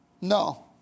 no